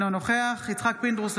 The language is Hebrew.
אינו נוכח יצחק פינדרוס,